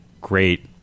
great